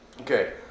okay